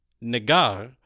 Nagar